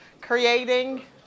Creating